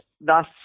thus